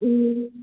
ꯎꯝ